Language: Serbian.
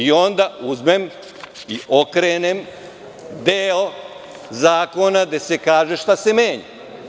Onda uzmem i okrenem deo zakona gde se kaže šta se menja.